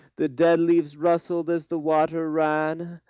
the dead leaves rustled as the water ran.